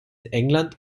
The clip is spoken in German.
england